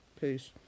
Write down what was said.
Peace